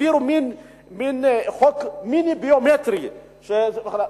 העבירו מין חוק מיני ביומטרי וכן הלאה.